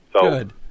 good